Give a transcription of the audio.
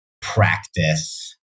practice